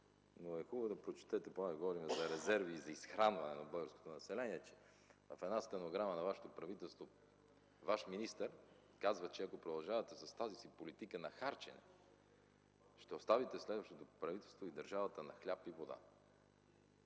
но е хубаво да прочетете по-нагоре – за резерви и за изхранване на българското население. В една стенограма на Вашето правителство Ваш министър казва, че ако продължавате с тази си политика на харчене, ще оставите следващото правителство и държавата на хляб и вода.